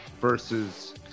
versus